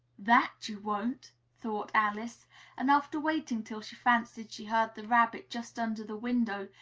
that you won't! thought alice and after waiting till she fancied she heard the rabbit just under the window,